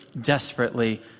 desperately